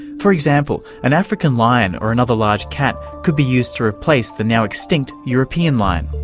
for example, an african lion or another large cat could be used to replace the now extinct european lion.